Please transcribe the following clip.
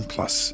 Plus